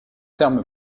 terme